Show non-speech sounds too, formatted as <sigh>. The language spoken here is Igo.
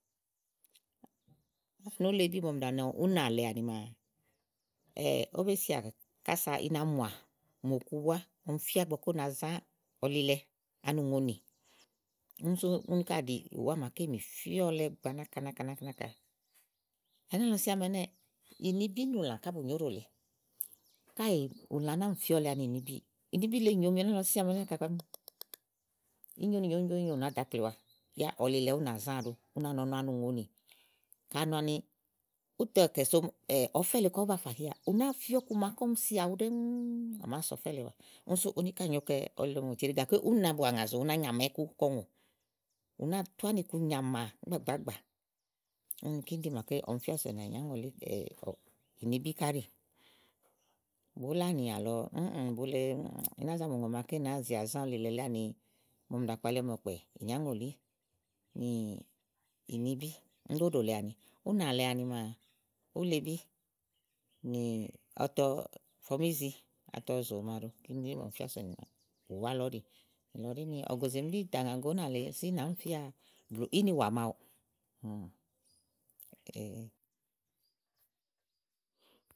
Floì́núlebi dɔm ɖàa nɔ ówó únàlèe àni maa <hesitation> bé sià kása i na mùà mò ku búa ɔm fíaa ígbɔ ké ú na zã ɔlilɛ ani ŋòoni úni ka ɖìi ùwá màa ké mì fíɔlɛ gbàa nàkanaka. ɛnɛ́lɔ sía àámi ɛnɛ ìnibí nùlã ká bù nyo óɖò lèe. Káèè ùlã ná mì fíɔ́lɛ ani unibíì. ùnibí le nyòom ɛnɛ́mí ɛnɛ́ɛ̀ kàá bàní <noise> inye úni nyo, inye úni nyo ùnáa dàákpke wa, yà ɔlilɛ ú nàa ză aɖu ù no nù ɔnɔ ani ŋòoni kà nɔà ni ú tà kɛ̀ so ɔfɛ lèe kɔ bú ba fà nià ù náa fi ɔku màa ɔm sià ɖɛ́ɛ́ ŋú à màáa sò ɔfɛ́ lèe wa. Sú úni ká nyo kɛ ɔlilɛmõli eɖe kàké úni nàa bu àŋàzò, u na nyàmà iku kɔ ŋò ù náa tu ánìku nyàmà ìgbàgbágbà úni kini ɖí màa ɔm fíà sònìà ìnya ŋòlí ùnibí ká ɖì bulánì àlɔ <hesitation> bule i ná zà mù mò màa ké nàáa zi azã ɔlilɛ lí ani màa ɔm ɖàa kpalí ni ɔkpɛ̀ ìnyáŋòlí nì ùnibí ùní ɖí íɖò lèe ãni. Únà lèe ani maa ílebí fɔmízi atɔ zòò màɖu kini ɖi màa ɔm fia sònìà bùwá lɔ ɔ́ɖì. Nìlɔ ɖíni ògòzè mi ɖí, ì tà ŋàgo ùnà lèe sú ìnàá mì fía blù ìniwò màawu. <hesitation>